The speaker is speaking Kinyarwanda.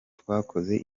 twakoze